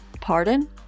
Pardon